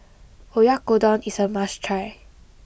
Oyakodon is a must try